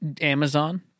Amazon